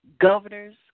governors